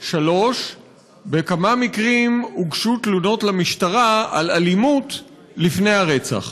3. בכמה מקרים הוגשו תלונות למשטרה על אלימות לפני הרצח?